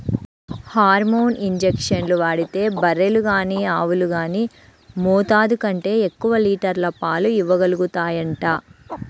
hormone ఇంజక్షన్లు వాడితే బర్రెలు గానీ ఆవులు గానీ మోతాదు కంటే ఎక్కువ లీటర్ల పాలు ఇవ్వగలుగుతాయంట